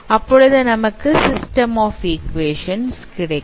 அப்பொழுது நமக்கு system of equation கிடைக்கும்